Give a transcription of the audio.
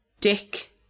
Dick